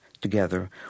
together